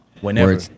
Whenever